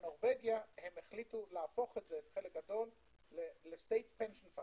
בנורבגיה הם החליטו להפוך חלק גדול ל- State Pension Fund